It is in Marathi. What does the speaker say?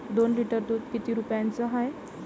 दोन लिटर दुध किती रुप्याचं हाये?